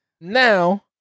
Now